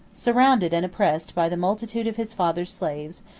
surrounded and oppressed by the multitude of his father's slaves,